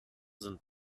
sind